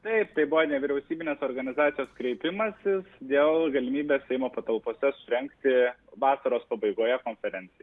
taip tai buvo nevyriausybinės organizacijos kreipimasis dėl galimybės seimo patalpose surengti vasaros pabaigoje konferenciją